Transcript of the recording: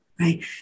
right